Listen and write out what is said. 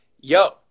yo